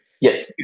Yes